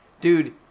dude